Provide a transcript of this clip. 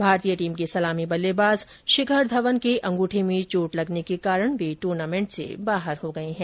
भारतीय टीम के सलामी बल्लेबाज शिखर धवन के अंगूठे में चोट लगने के कारण वह ट्र्नामेंट से बाहर हो गये है